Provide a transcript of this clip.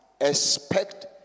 expect